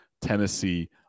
Tennessee